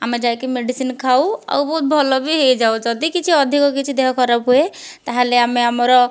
ଆମେ ଯାଇକି ମେଡ଼ିସିନ ଖାଉ ଆଉ ବହୁତ ଭଲ ବି ହୋଇଯାଉ ଯଦି କିଛି ଅଧିକ କିଛି ଦେହ ଖରାପ ହୁଏ ତା'ହେଲେ ଆମେ ଆମର